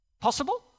Possible